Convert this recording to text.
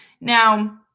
Now